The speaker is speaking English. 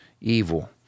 evil